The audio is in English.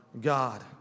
God